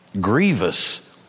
grievous